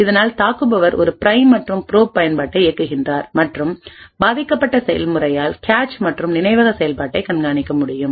இதனால் தாக்குபவர் ஒரு பிரைம் மற்றும் ப்ரோப் பயன்பாட்டை இயக்குகிறார் மற்றும் பாதிக்கப்பட்ட செயல்முறையால் கேச் மற்றும் நினைவக செயல்பாட்டை கண்காணிக்க முடியும்